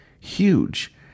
huge